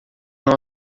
não